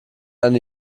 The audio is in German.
ein